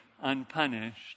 unpunished